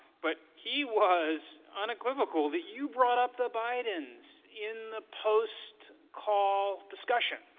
but he was unequivocal that you brought up the bidens in the post call discussion.